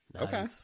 Okay